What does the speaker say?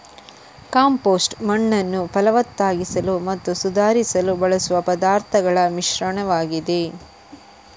compost ಮಣ್ಣನ್ನು ಫಲವತ್ತಾಗಿಸಲು ಮತ್ತು ಸುಧಾರಿಸಲು ಬಳಸುವ ಪದಾರ್ಥಗಳ ಮಿಶ್ರಣವಾಗಿದೆ